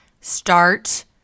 start